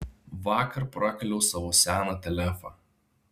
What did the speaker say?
vakar prakaliau savo seną telefą